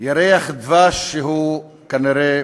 ירח דבש שהוא כנראה